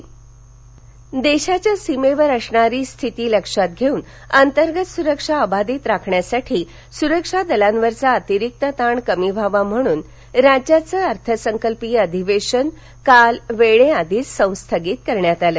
अर्थसंकल्पीय अधिवेशन देशाच्या सीमेवर असणारी स्थिती लक्षात घेऊन अंतर्गत सुरक्षा अबाधित राखण्यासाठी सुरक्षा दलांवरचा अतिरिक्त ताण कमी व्हावा म्हणूनता राज्याचं अर्थसंकल्पीय अधिवेशन काल वेळेआधीच संस्थगित करण्यात आलं